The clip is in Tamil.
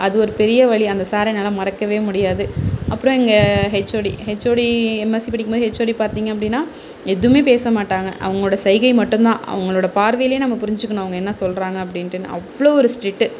அது ஒரு பெரிய வலி அந்த சாரை என்னால் மறக்க முடியாது அப்றம் எங்க ஹெச்ஓடி ஹெச்ஓடி எம்எஸ்சி படிக்கும்போது ஹெச்ஓடி பார்த்திங்க அப்படின்னா எதுவுமே பேச மாட்டாங்க அவங்களோட செய்கை மட்டுந்தான் அவங்களோட பார்வையிலேயே புரிஞ்சிக்கணும் அவங்க என்ன சொல்கிறாங்க அப்படின்னு அவ்வளோ ஒரு ஸ்ட்ரிட்டு